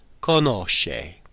conosce